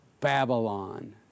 Babylon